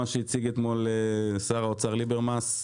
מה שהציג אתמול שר האוצר ליברמן.